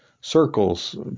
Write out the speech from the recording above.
circles